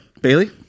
Bailey